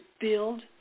build